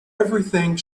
everything